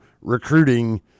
recruiting